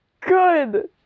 good